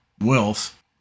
wealth